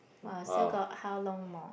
!wah! still got how long more